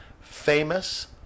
famous